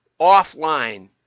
offline